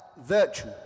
virtue